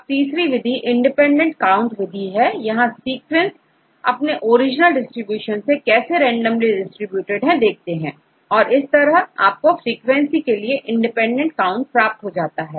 अब तीसरी विधि इंडिपेंडेंट काउंट विधि है यहां सीक्वेंस अपने ओरिजिनल डिस्ट्रीब्यूशन से कैसे रेंडमली डिस्ट्रिब्यूटेड हैदेखते हैं और इस तरह आपको फ्रीक्वेंसी के लिए इंडिपेंडेंट काउंट प्राप्त हो जाता है